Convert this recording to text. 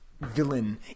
villain